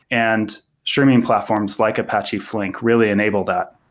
and streaming platforms like apache flink really enable that.